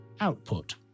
output